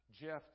Jeff